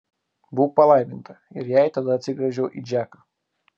būk palaiminta ir jai tada atsigręžiau į džeką